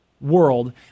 world